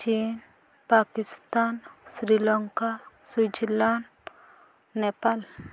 ଚୀନ୍ ପାକିସ୍ତାନ୍ ଶ୍ରୀଲଙ୍କା ସୁଇଜରଲାଣ୍ଡ୍ ନେପାଳ